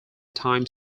time